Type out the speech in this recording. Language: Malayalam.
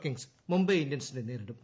കിങ്സ് മുംബൈ ഇന്ത്യൻസിനെ നേരിടും